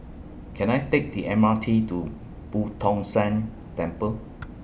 Can I Take The M R T to Boo Tong San Temple